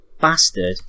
bastard